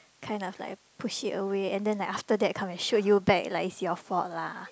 kind of like push it away and then like after that come and shoot you back like it's your fault lah